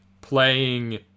Playing